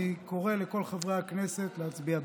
אני קורא לכל חברי הכנסת להצביע בעד.